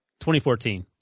2014